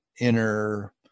inner